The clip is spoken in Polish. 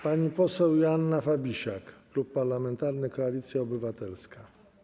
Pani poseł Joanna Fabisiak, Klub Parlamentarny Koalicja Obywatelska.